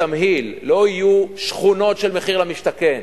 בתמהיל לא יהיו שכונות של מחיר למשתכן,